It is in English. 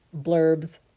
blurbs